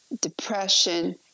depression